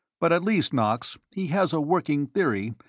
but at least, knox, he has a working theory,